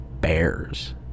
bears